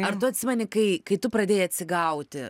ar tu atsimeni kai kai tu pradėjai atsigauti